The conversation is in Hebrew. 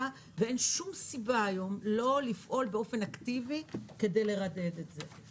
ואין שום סיבה היום לא לפעול באופן אקטיבי כדי לרדד את זה.